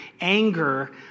anger